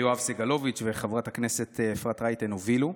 יואב סגלוביץ' וחברת הכנסת אפרת רייטן הובילו,